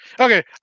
Okay